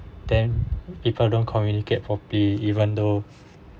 then people don't communicate properly even though